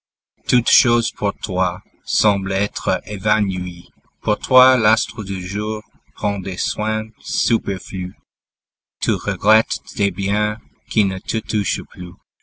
toute chose pour toi semble être évanouie pour toi l'astre du jour prend des soins superflus tu regrettes des biens qui ne te touchent plus